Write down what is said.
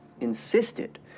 insisted